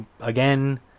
again